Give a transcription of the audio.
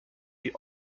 die